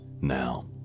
Now